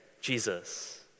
Jesus